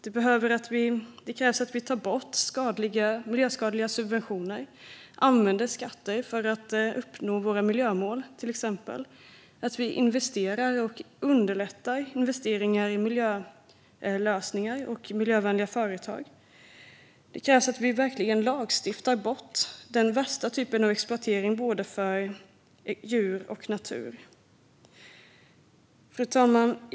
Det krävs att vi tar bort miljöskadliga subventioner, använder skatter för att uppnå våra miljömål och investerar i och underlättar investeringar i miljölösningar och miljövänliga företag. Det krävs att vi verkligen lagstiftar bort den värsta typen av exploatering av både djur och natur. Fru talman!